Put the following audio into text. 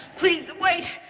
please wait.